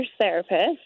therapist